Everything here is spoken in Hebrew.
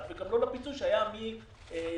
בקשה להרחבת מענקי הסיוע לגני החיות וסיוע